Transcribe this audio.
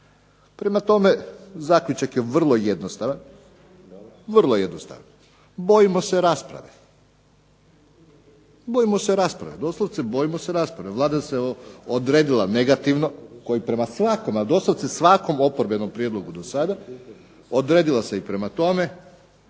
Prema tome, zaključak je vrlo jednostavan. Bojimo se rasprave, doslovce bojimo se rasprave. Vlada se odredila negativno kao i prema svakome, ali doslovce svakom oporbenom prijedlogu do sada. Odredila se i prema tome.